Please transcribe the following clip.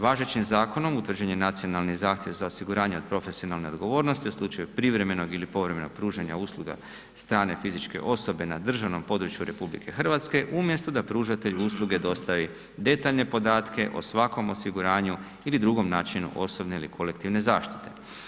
Važećim zakonom utvrđen je nacionalni zahtjev za osiguranje od profesionalne odgovornosti u slučaju privremenog ili povremenog pružanja usluga od strane fizičke osobe na državnom području RH umjesto da pružatelju usluge dostavi detaljne podatke o svakom osiguranju ili drugom načinu osobne ili kolektivne zaštite.